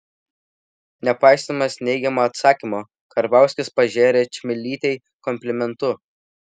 nepaisydamas neigiamo atsakymo karbauskis pažėrė čmilytei komplimentų